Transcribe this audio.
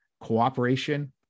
cooperation